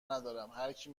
ندارم، هرکی